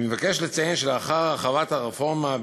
אני מבקש לציין שלאחר הרחבת הרפורמה,